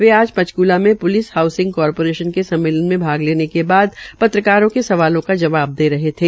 वे आज पंचकुला में police housing corporation के सम्मेलन में भाग लेने के बाद पत्रकारों के सवालों के जवाब दे रहे थे